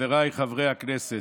חבריי חברי הכנסת,